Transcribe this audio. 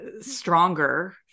stronger